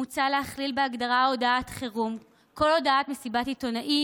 מוצע להכליל בהגדרה הודעת חירום כל הודעה במסיבת עיתונאים